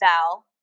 Val